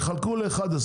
יחלקו ל-11,